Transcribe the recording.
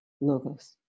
logos